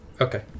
Okay